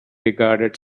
regarded